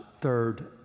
third